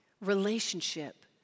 relationship